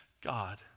God